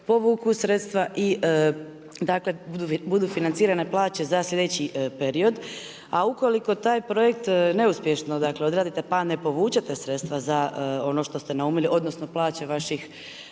povuku sredstva i dakle budu financirane plaće za slijedeći period. A ukoliko taj projekt neuspješno dakle odradite pa ne povučete sredstva za ono što ste naumili, odnosno plaće vaših